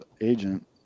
agent